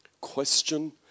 Question